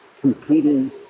competing